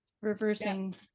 reversing